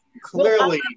Clearly